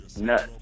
nuts